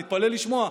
תתפלא לשמוע,